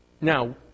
Now